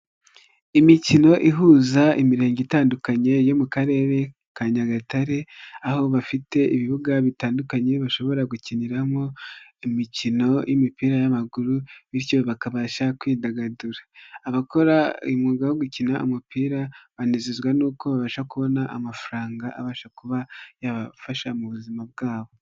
Imikino ihuza imirenge itandukanye yo mu Karere ka Nyagatare aho bafite ibibuga bitandukanye bashobora gukiniramo imikino y'imipira y'amaguru bityo bakabasha kwidagadura, abakora umwuga wo gukina umupira banezezwa n'uko babasha kubona amafaranga abasha kuba yabafasha mu buzima bwabo.